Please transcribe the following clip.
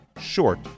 short